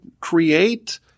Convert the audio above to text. create